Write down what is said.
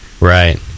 Right